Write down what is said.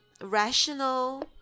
rational